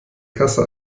kasse